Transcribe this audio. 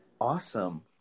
Awesome